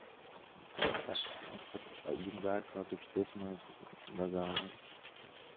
تہٕ تَتھ تِمَن چھِ پَتہٕ یِم گاڈٕ کھالو تِم چھِ تٔتھۍ منٛز لَگاوان